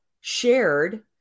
shared